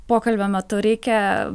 pokalbio metu reikia